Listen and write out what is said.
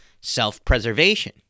self-preservation